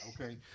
okay